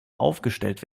aufgestellt